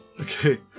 Okay